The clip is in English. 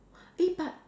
eh but